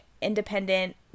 independent